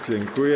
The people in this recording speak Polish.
Dziękuję.